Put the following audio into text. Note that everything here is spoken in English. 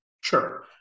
Sure